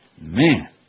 Man